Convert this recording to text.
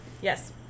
Yes